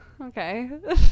okay